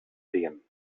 sehen